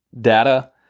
data